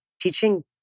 teaching